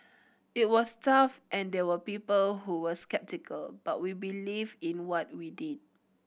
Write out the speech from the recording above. it was tough and there were people who were sceptical but we believed in what we did